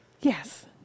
Yes